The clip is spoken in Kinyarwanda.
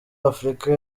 afurika